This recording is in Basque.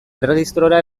erregistrora